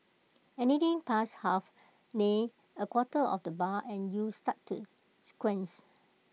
anything past half nay A quarter of the bar and you start to squint